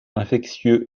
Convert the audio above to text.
infectieux